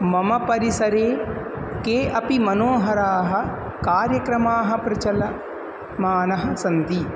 मम परिसरे के अपि मनोहराः कार्यक्रमाः प्राचाल्यमानाः सन्ति